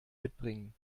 mitbringen